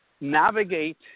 navigate